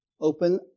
Open